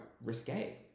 risque